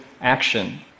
action